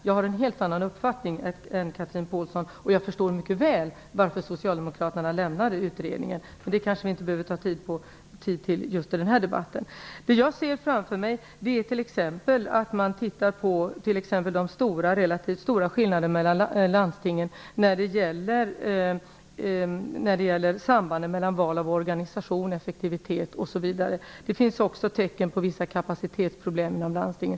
Jag har en helt annan uppfattning än Chatrine Pålsson och förstår mycket väl varför socialdemokraterna lämnade utredningen. Men det kanske vi inte behöver uppta tid för att diskutera i just den här debatten. Det jag ser framför mig är att man t.ex. ser över de relativt stora skillnaderna mellan landstingen när det gäller sambanden mellan val av organisation och effektivitet osv. Det finns också tecken på vissa kapacitetsproblem inom landstingen.